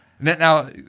now